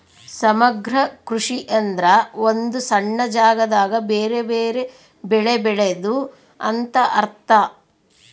ಸಮಗ್ರ ಕೃಷಿ ಎಂದ್ರ ಒಂದು ಸಣ್ಣ ಜಾಗದಾಗ ಬೆರೆ ಬೆರೆ ಬೆಳೆ ಬೆಳೆದು ಅಂತ ಅರ್ಥ